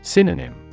Synonym